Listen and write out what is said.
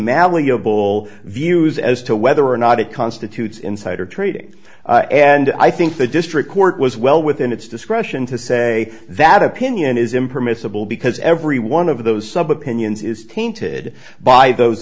malleable views as to whether or not it constitutes insider trading and i think the district court was well within its discretion to say that opinion is impermissible because every one of those sub opinions is tainted by those